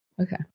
Okay